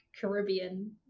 Caribbean